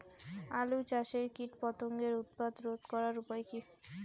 আলু চাষের কীটপতঙ্গের উৎপাত রোধ করার উপায় কী?